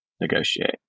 negotiate